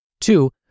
Two